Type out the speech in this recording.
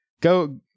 Go